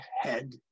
head